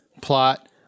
plot